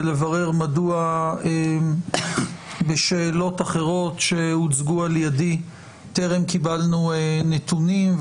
לברר מדוע בשאלות אחרות שהוצגו על ידי טרם קיבלנו נתונים,